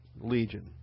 legion